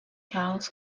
house